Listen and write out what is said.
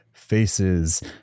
faces